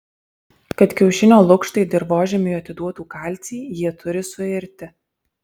kad kiaušinio lukštai dirvožemiui atiduotų kalcį jie turi suirti